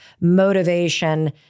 motivation